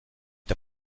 der